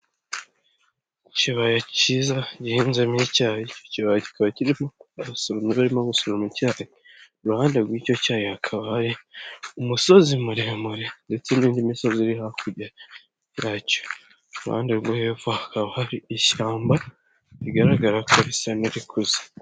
Ikibaya cyiza gihinzemo icyayi, iki kibaya kiri abasoromyi barimo gusoroma icyayi, iruhande rw'icyo cyayi hakaba hari umusozi muremure ndetse n'indi misozi iri hakurya yacyo. Iruhande rwo hepfo hakaba hari ishyamba rigaragara ko risa n'irikuze.